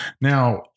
Now